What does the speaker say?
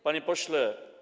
Panie Pośle!